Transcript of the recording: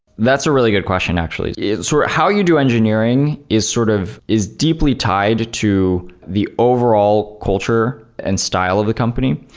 that's a really good question, actually. sort of how you do engineering is sort of is deeply tied to the overall culture and style of the company.